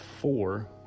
four